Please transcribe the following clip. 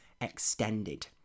extended